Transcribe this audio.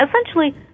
Essentially